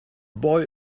boy